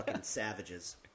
savages